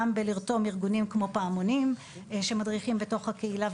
גם ברתימת ארגונים כמו פעמונים שמדריכים בתוך הקהילה,